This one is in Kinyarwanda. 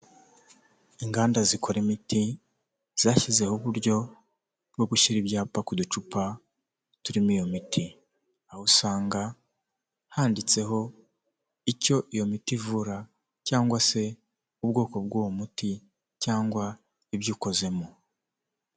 Inganda zikora imiti zashyizeho uburyo bwo gushyira ibyapa ku ducupa turimo iyo miti, aho usanga handitseho icyo iyo miti ivura cyangwa se ubwoko bw'uwo muti cyangwa ibyo ukozemo.